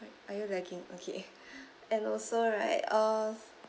are you lagging okay and also right uh